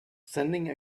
sending